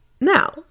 Now